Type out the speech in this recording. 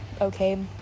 okay